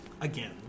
Again